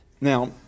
Now